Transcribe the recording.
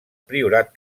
priorat